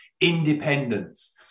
independence